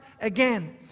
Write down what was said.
again